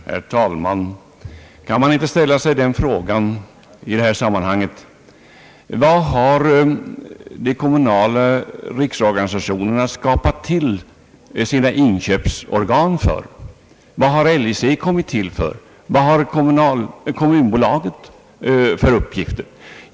Herr talman! Kan man inte ställa sig den frågan i detta sammanhang: För vilket ändamål har de kommunala riksorganisationerna skapat sina inköpsorgan? Av vilket skäl har LIC kommit till och vilka uppgifter har Kommunaktiebolaget?